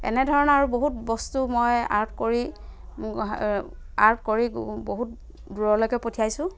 এনেধৰণৰ আৰু বহুত বস্তু মই আৰ্ট কৰি আৰ্ট কৰি বহুত দূৰলৈকে পঠিয়াইছোঁ